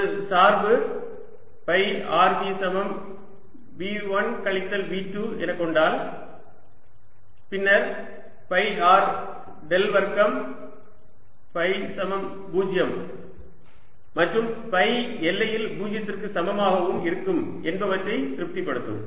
ஒரு சார்பு phi r V சமம் V1 கழித்தல் V2 என கொண்டால் பின்னர் ஃபை r டெல் வர்க்கம் ஃபை சமம் 0 மற்றும் ஃபை எல்லையில் 0 க்கு சமமாகவும் இருக்கும் என்பவற்றை திருப்திபடுத்தும்